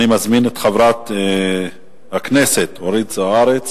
אני מזמין את חברת הכנסת אורית זוארץ